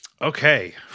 Okay